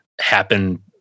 happen